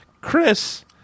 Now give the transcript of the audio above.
Chris